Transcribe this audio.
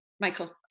Michael